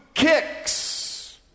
kicks